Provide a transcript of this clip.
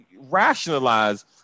rationalize